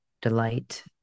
delight